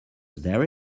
there